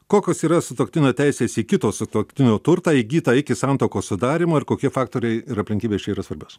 kokios yra sutuoktinio teisės į kito sutuoktinio turtą įgytą iki santuokos sudarymo ir kokie faktoriai ir aplinkybės čia yra svarbios